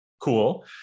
Cool